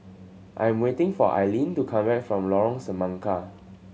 I am waiting for Ailene to come back from Lorong Semangka